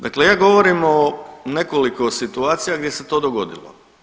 Dakle ja govorim o nekoliko situacija gdje se to dogodilo.